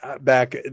back